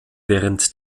während